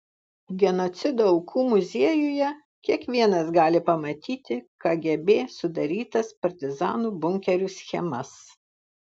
genocido aukų muziejuje kiekvienas gali pamatyti kgb sudarytas partizanų bunkerių schemas